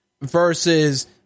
versus